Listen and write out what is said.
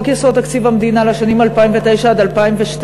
חוק-יסוד: תקציב המדינה לשנים 2009 עד 2012